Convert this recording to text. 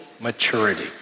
maturity